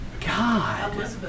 God